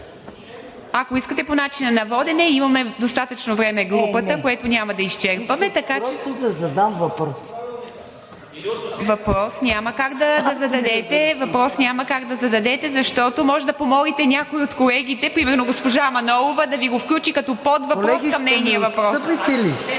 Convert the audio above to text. Колеги, ще ми отстъпите ли?